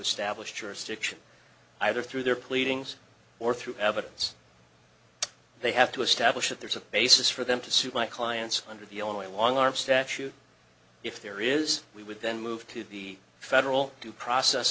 establish jurisdiction either through their pleadings or through evidence they have to establish that there is a basis for them to sue my clients under the only long arm statute if there is we would then move to the federal due process